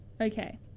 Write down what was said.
Okay